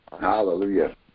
Hallelujah